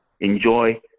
Enjoy